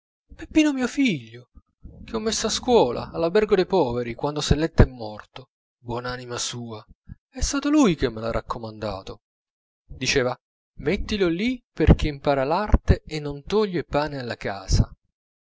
peppino mio figlio che ho messo a scuola all'albergo dei poveri quando selletta è morto buon'anima sua è stato lui che me l'ha raccomandato diceva mettilo lì perchè impara l'arte e non toglie pane alla casa